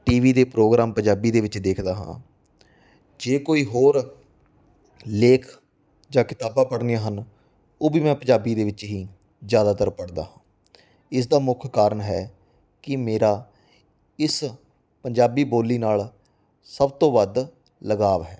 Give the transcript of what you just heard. T V ਦੇ programme Punjabi ਦੇ ਵਿੱਚ ਦੇਖਦਾ ਹਾਂ ਜੇ ਕੋਈ ਹੋਰ ਲੇਖ ਜਾਂ ਕਿਤਾਬਾਂ ਪੜ੍ਹਨੀਆਂ ਹਨ ਉਹ ਵੀ ਮੈਂ ਪੰਜਾਬੀ ਦੇ ਵਿੱਚ ਹੀ ਜ਼ਿਆਦਾਤਰ ਪੜ੍ਹਦਾ ਹਾਂ ਇਸ ਦਾ ਮੁੱਖ ਕਾਰਨ ਹੈ ਕਿ ਮੇਰਾ ਇਸ ਪੰਜਾਬੀ ਬੋਲੀ ਨਾਲ ਸਭ ਤੋਂ ਵੱਧ ਲਗਾਵ ਹੈ